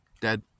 Dead